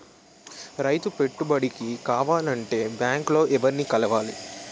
రైతు పెట్టుబడికి కావాలంటే బ్యాంక్ లో ఎవరిని కలవాలి?